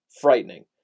frightening